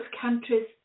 countries